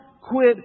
quit